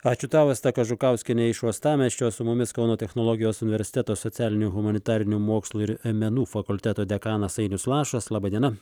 ačiū tau asta kažukauskienė iš uostamiesčio su mumis kauno technologijos universiteto socialinių humanitarinių mokslų ir menų fakulteto dekanas ainius lašas laba diena